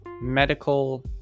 medical